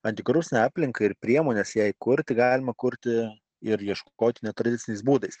antikorupcinę aplinką ir priemones jai kurti galima kurti ir ieškoti netradiciniais būdais